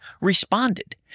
responded